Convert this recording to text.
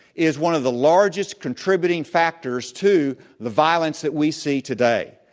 is one of the largest contributing factors to the violence that we see today.